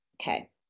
Okay